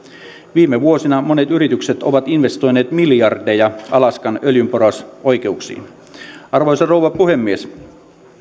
viime vuosina monet yritykset ovat investoineet miljardeja alaskan öljynporausoikeuksiin arvoisa rouva puhemies